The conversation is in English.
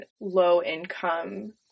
low-income